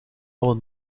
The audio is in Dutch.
alle